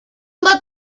let